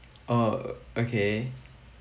oh okay